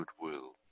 goodwill